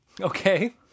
okay